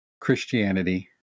Christianity